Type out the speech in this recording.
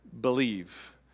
believe